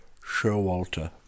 Sherwalter